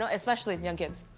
ah especially young kids.